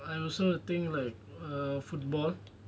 I also will think like err football